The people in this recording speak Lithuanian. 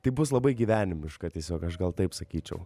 tai bus labai gyvenimiška tiesiog aš gal taip sakyčiau